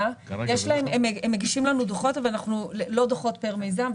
הם מגישים לנו דוחות, אבל לא דוחות פר מיזם.